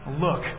look